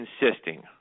insisting